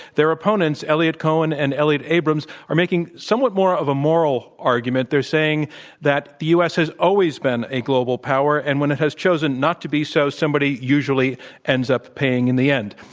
their opponents, eliot cohen and elliot abrams, are making somewhat more of a moral argument. they're saying that the u. s. has always been a global power. and when it has chosen not to be so, somebody usually ends up paying in the end.